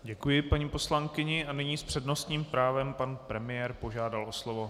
Děkuji paní poslankyni a nyní s přednostním právem pan premiér požádal o slovo.